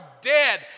dead